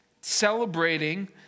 celebrating